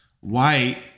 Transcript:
white